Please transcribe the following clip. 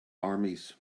armies